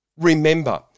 remember